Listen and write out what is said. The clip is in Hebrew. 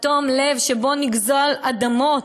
שבו נגזול אדמות,